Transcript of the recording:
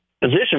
position